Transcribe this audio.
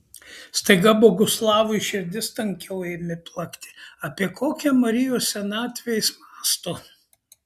staiga boguslavui širdis tankiau ėmė plakti apie kokią marijos senatvę jis mąsto